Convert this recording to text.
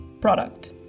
product